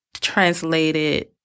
translated